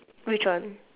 which one